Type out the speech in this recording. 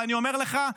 ואני אומר לך,